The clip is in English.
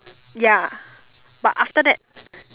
ya but after that